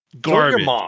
Garbage